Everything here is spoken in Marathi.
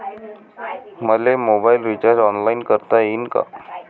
मले मोबाईल रिचार्ज ऑनलाईन करता येईन का?